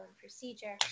procedure